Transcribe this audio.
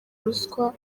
ruswa